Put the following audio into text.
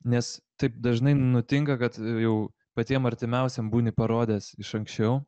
nes taip dažnai nutinka kad jau patiem artimiausiem būni parodęs iš anksčiau